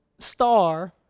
Star